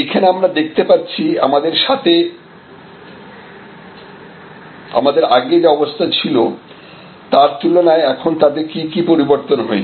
এইখানে আমরা দেখতে পাচ্ছি আমাদের আগে যা অবস্থা ছিল তার তুলনায় এখন তাতে কি কি পরিবর্তন হয়েছে